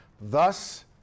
Thus